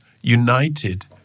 united